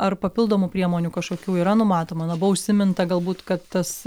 ar papildomų priemonių kažkokių yra numatoma na buvo užsiminta galbūt kad tas